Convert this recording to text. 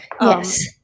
Yes